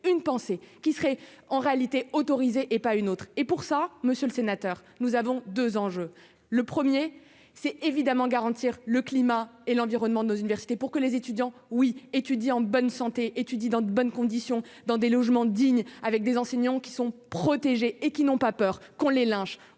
une pensée qui serait en réalité autorisé et pas une autre, et pour ça, monsieur le sénateur, nous avons 2 enjeux : le 1er c'est évidemment garantir le climat et l'environnement, nos universités pour que les étudiants oui étudie en bonne santé étudie dans de bonnes conditions, dans des logements dignes avec des enseignants qui sont protégés et qui n'ont pas peur qu'on les lynche